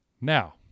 Now